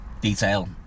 detail